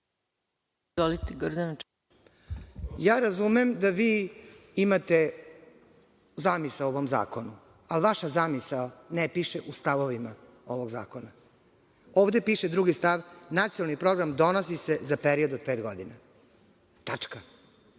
Razumem da vi imate zamisao o ovom zakonu, ali vaša zamisao ne piše u stavovima ovog zakona. ovde piše drugi stav – nacionalni program donosi se za period od pet godina. Tačka.